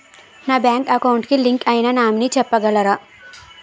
నా bank account కి link అయినా నామినీ చెప్పగలరా?